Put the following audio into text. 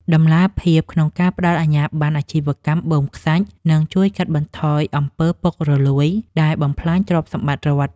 តម្លាភាពក្នុងការផ្តល់អាជ្ញាបណ្ណអាជីវកម្មបូមខ្សាច់នឹងជួយកាត់បន្ថយអំពើពុករលួយដែលបំផ្លាញទ្រព្យសម្បត្តិរដ្ឋ។